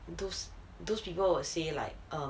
those those people will say like um